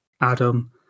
Adam